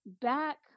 back